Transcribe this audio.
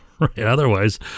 Otherwise